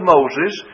Moses